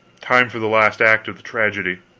time for the last act of the tragedy.